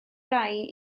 rai